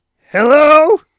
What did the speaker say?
Hello